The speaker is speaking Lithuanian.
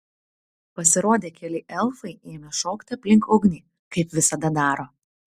pasirodę keli elfai ėmė šokti aplink ugnį kaip visada daro